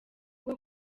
bwo